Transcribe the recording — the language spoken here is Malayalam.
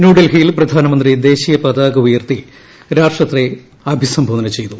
ന്യൂഡൽഹിയിൽ പ്രധാനമന്ത്രി ദേശീയ പതാക ഉയർത്തി രാഷ്ട്രത്തെ അഭിസംബോധന ചെയ്തു